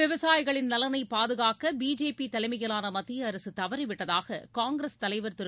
விவசாயிகளின் நலனை பாதுகாக்க பிஜேபி தலைமையிலாள மத்திய அரசு தவறிவிட்டதாக காங்கிரஸ் தலைவர் திரு